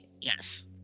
Yes